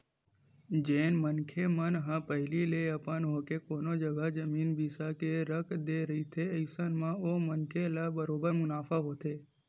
जेन मनखे मन ह पहिली ले अपन होके कोनो जघा जमीन बिसा के रख दे रहिथे अइसन म ओ मनखे ल बरोबर मुनाफा होथे